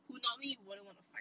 who normally wouldn't want to fight